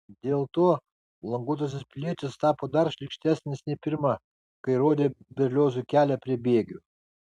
dėl to languotasis pilietis tapo dar šlykštesnis nei pirma kai rodė berliozui kelią prie bėgių